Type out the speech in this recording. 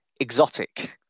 exotic